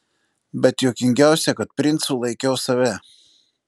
bet juokingiausia kad princu laikiau save